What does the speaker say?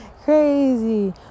Crazy